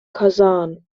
kasan